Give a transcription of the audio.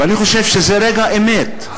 ואני חושב שזה רגע אמת,